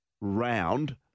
round